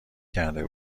کرده